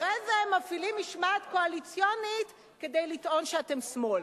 אחרי זה מפעילים משמעת קואליציונית כדי לטעון שאתם שמאל.